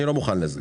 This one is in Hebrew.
אני לא מוכן לזה.